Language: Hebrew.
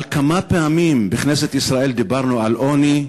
כמה פעמים בכנסת ישראל דיברנו על עוני,